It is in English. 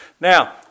Now